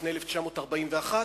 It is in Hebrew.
לפני 1941,